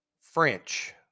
French